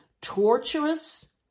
torturous